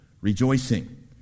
rejoicing